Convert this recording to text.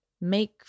make